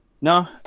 No